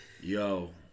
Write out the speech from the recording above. yo